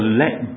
let